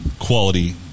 quality